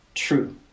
True